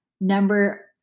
Number